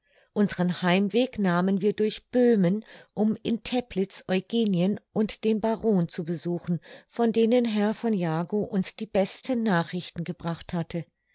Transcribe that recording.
unseren heimweg nahmen wir durch böhmen um in teplitz eugenien und den baron zu besuchen von denen herr von jagow uns die besten nachrichten gebracht hatte